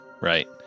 Right